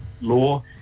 law